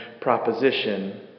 proposition